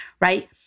right